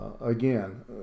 Again